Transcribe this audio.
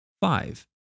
Five